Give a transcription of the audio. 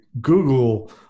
Google